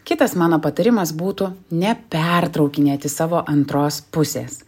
kitas mano patarimas būtų nepertraukinėti savo antros pusės